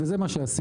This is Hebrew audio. וזה מה שעשינו,